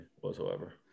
whatsoever